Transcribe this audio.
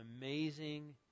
amazing